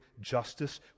justice